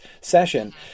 session